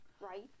right